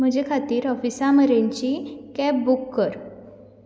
म्हजे खातीर ऑफिसा मेरेनची कॅब बूक कर